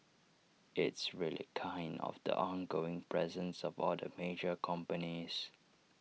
it's really kind of the ongoing presence of all the major companies